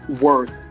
worth